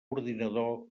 ordinador